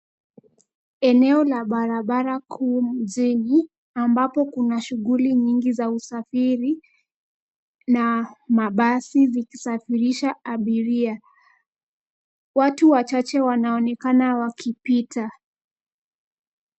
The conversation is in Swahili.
Eneo la barabara kuu mjini, ambapo kuna shughuli nyingi za usafiri, na mabasi, visafirisha abiria. Watu wachache wanaonekana wakipita.